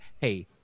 hey